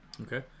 okay